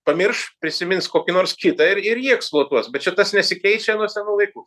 pamirš prisimins kokį nors kitą ir ir jį eksploatuos bet čia tas nesikeičia nuo senų laikų